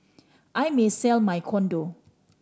I may sell my condo